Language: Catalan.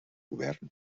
govern